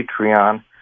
Patreon